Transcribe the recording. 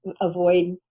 Avoid